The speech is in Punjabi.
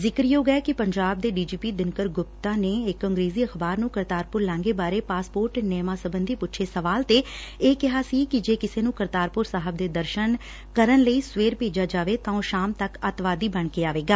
ਜ਼ਿਕਰਯੋਗ ਐ ਕਿ ਪੰਜਾਬ ਦੇ ਡੀਜੀਪੀ ਦਿਨਕਰ ਗੁਪਤਾ ਨੇ ਇਕ ਅੰਗਰੇਜ਼ੀ ਅਖ਼ਬਾਰ ਨੂੰ ਕਰਤਾਰਪੁਰ ਲਾਂਘੇ ਬਾਰੇ ਪਾਸਪੋਰਟ ਨਿਯਮਾਂ ਸਬੰਧੀ ਪੁੱਛੇ ਸਵਾਲ ਤੇ ਇਹ ਕਿਹਾ ਸੀ ਕਿ ਜੇ ਕਿਸੇ ਨੂੰ ਕਰਾਤਰਪੁਰ ਸਾਹਿਬ ਦੇ ਦਰਸਨ ਕਰਨ ਲਈ ਸਵੇਰ ਭੇਜਿਆ ਜਾਵੇ ਤਾਂ ਉਹ ਸ਼ਾਮ ਤੱਕ ੱਤਵਾਦੀ ਬਣ ਕੇ ਆਵੇਗਾ